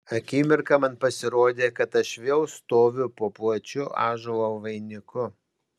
akimirką man pasirodė kad aš vėl stoviu po plačiu ąžuolo vainiku